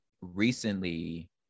recently